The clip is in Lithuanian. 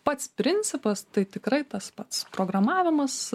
pats principas tai tikrai tas pats programavimas